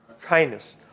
kindness